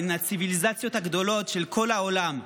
בין הציוויליזציות הגדולות של כל העולם,